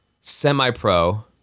Semi-Pro